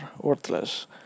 worthless